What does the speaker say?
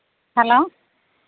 hello